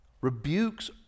rebukes